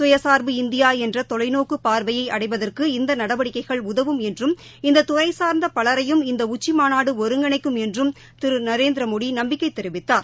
சுயசார்பு இந்தியா என்ற தொலைநோக்கு பார்வையை அடைவதற்கு இந்த நடவடிக்கைகள் உதவும் என்றும் இந்த துறை சார்ந்த பலரையும் இந்த உச்சிமாநாடு ஒருங்கிணைக்கும் என்றும் திரு நரேந்திரமோடி நம்பிக்கை தெரிவித்தார்